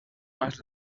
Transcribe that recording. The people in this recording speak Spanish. más